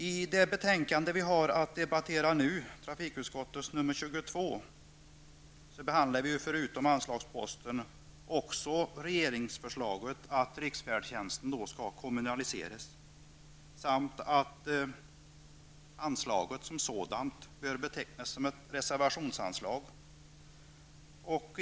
I det betänkande vi har att debattera nu, trafikutskottets betänkande nr 22, behandlar vi förutom anslagsposten också regeringsförslaget att riksfärdtjänsten skall kommunaliseras samt att anslaget som sådant bör betecknas som ett reservationsanslag.